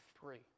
three